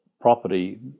property